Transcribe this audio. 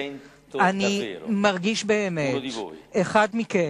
אני מרגיש באמת אחד מכם,